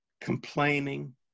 Complaining